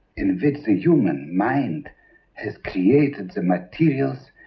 and with the human mind has created the materials,